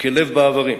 כלב באיברים".